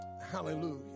Hallelujah